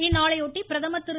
இந்நாளையொட்டி பிரதமர் திரு